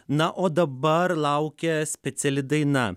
na o dabar laukia speciali daina